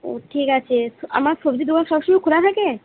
ও ঠিক আছে আপনার সবজির দোকান সবসময় খোলা থাকে